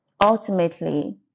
ultimately